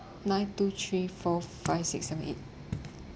nine two three four five six seven eight